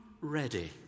ready